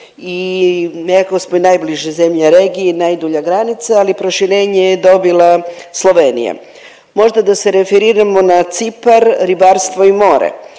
i nekako smo i najbliže zemlja regiji, najdulja granica, ali proširenje je dobila Slovenija, možda da se referiramo na Cipar, ribarstvo i more,